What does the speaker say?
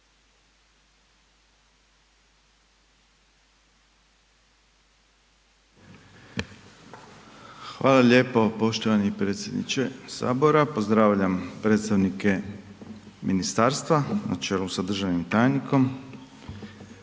Hvala lijepo poštovani predsjedniče Sabora. Pozdravljam predstavnike ministarstva na čelu sa državnim tajnikom.